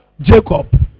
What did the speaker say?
Jacob